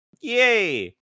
Yay